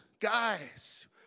guys